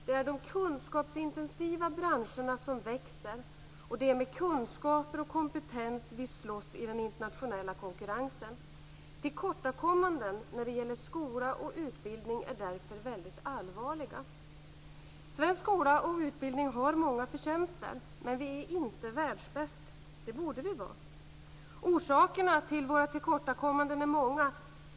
Det är de kunskapsintensiva branscherna som växer, och det är med kunskaper och kompetens som vi slåss i den internationella konkurrensen. Tillkortakommanden när det gäller skola och utbildning är därför väldigt allvarliga. Svensk skola och utbildning har många förtjänster, men vi är inte världsbäst. Det borde vi vara. Orsakerna till våra tillkortakommanden är flera.